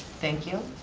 thank you.